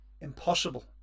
impossible